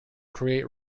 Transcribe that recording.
create